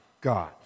God